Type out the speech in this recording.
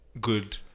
good